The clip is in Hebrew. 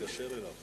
2. אם לא, מדוע?